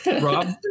Rob